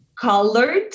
Colored